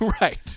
Right